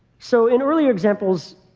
so in earlier examples,